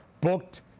booked